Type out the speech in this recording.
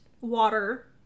water